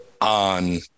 on